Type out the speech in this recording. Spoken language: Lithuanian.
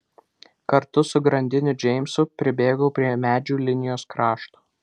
kartu su grandiniu džeimsu pribėgau prie medžių linijos krašto